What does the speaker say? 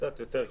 קצת יותר.